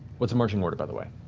what's the marching order, by the way?